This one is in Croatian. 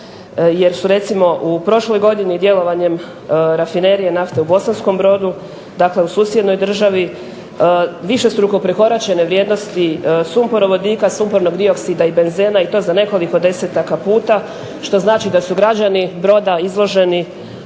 jer su recimo u prošloj godini djelovanjem rafinerije nafte u Bosanskom Brodu, dakle u susjednoj državi višestruko prekoračene vrijednosti sumpor vodika, sumpornog dioksida i benzena i to za nekoliko desetaka puta, što znači da su građani Broda izloženi